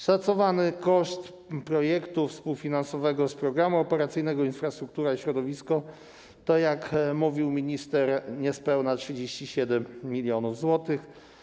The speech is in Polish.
Szacowany koszt projektu współfinansowanego z Programu Operacyjnego „Infrastruktura i środowisko” to, jak mówił minister, niespełna 37 mln zł.